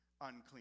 unclean